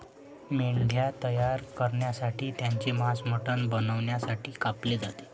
मेंढ्या तयार करण्यासाठी त्यांचे मांस मटण बनवण्यासाठी कापले जाते